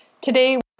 Today